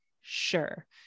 sure